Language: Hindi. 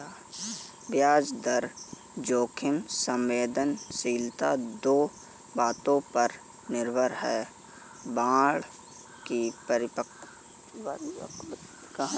ब्याज दर जोखिम संवेदनशीलता दो बातों पर निर्भर है, बांड की परिपक्वता का समय, बांड की कूपन दर